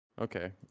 okay